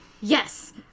Yes